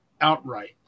outright